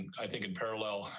and i think in parallel,